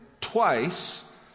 twice